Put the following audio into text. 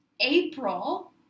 April